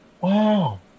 Wow